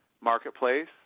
marketplace